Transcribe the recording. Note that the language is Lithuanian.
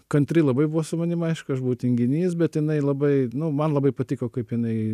kantri labai buvo su manim aišku aš buvau tinginys bet jinai labai nu man labai patiko kaip jinai